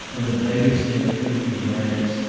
and the beggars in their filthy rags,